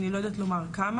אני לא יודעת לומר כמה,